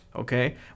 okay